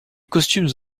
costumes